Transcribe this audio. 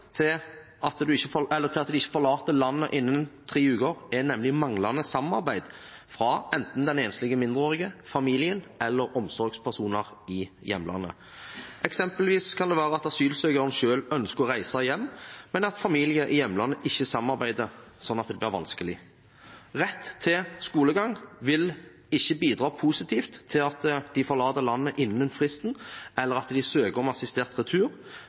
til at de ikke forlater landet innen tre uker, er nemlig manglende samarbeid fra enten den enslige mindreårige, familien eller omsorgspersoner i hjemlandet. Eksempelvis kan det være at asylsøkeren selv ønsker å reise hjem, men at familie i hjemlandet ikke samarbeider, sånn at det blir vanskelig. Rett til skolegang vil ikke bidra positivt til at de forlater landet innen fristen eller at de søker om assistert retur.